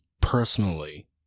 personally